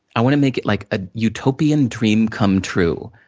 i wanna make it like a utopian dream come true,